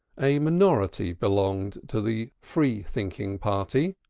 a minority belonged to the free-thinking party,